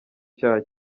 icyaha